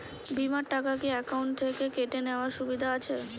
বিমার টাকা কি অ্যাকাউন্ট থেকে কেটে নেওয়ার সুবিধা আছে?